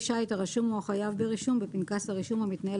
שיט הרשום או החייב ברישום בפנקס הרישום המתנהל